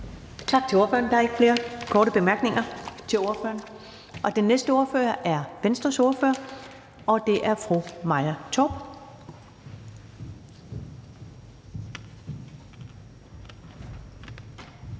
Tak til ordføreren. Der er ikke flere korte bemærkninger til ordføreren. Den næste ordfører er fra Venstre, fru Maja Torp.